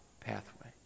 pathway